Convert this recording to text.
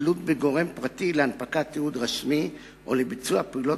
תלות בגורם פרטי להנפקת תיעוד רשמי או לביצוע פעולות